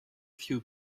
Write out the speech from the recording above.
few